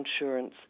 insurance